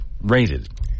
rated